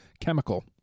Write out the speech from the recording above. Chemical